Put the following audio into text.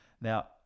Now